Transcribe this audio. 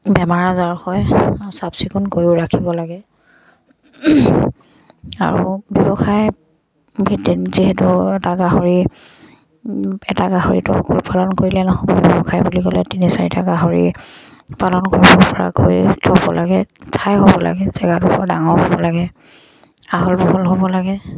বেমাৰ আজাৰ হয় চাফ চিকুণ কৰিও ৰাখিব লাগে আৰু ব্যৱসায় ভিত যিহেতু এটা গাহৰি এটা গাহৰিটো অকল পালন কৰিলে নহ'ব ব্যৱসায় বুলি ক'লে তিনি চাৰিটা গাহৰি পালন কৰিব পৰাকৈ থ'ব লাগে ঠাই হ'ব লাগে জেগাডখৰ ডাঙৰ হ'ব লাগে আহল বহল হ'ব লাগে